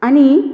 आनी